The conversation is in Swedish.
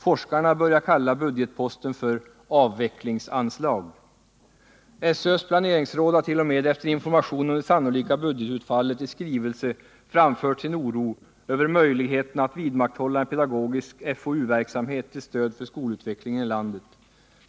Forskarna börjar kalla budgetposten ”avvecklingsanslag”. SÖ:s planeringsråd har t.o.m. efter information om det sannolika budgetutfallet i skrivelse framfört sin oro över möjligheterna att vidmakthålla en pedagogisk forskningsoch utvecklingsverksamhet till stöd för skolutvecklingen i landet.